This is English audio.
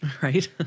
Right